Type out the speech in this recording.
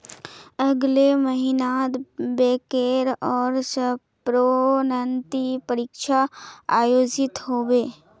अगले महिनात बैंकेर ओर स प्रोन्नति परीक्षा आयोजित ह बे